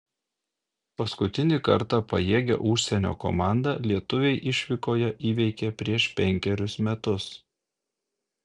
paskutinį kartą pajėgią užsienio komandą lietuviai išvykoje įveikė prieš penkerius metus